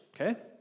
okay